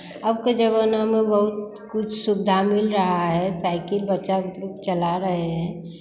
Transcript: अब के ज़माना में बहुत कुछ सुविधा मिल रहा है साइकिल बच्चा लोग चला रहे हैं